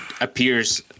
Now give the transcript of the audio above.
appears